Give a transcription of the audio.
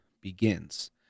begins